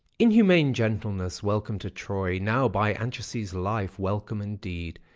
in humane gentleness, welcome to troy! now, by anchises' life, welcome indeed!